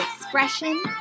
expression